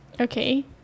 Okay